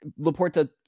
Laporta